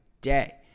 day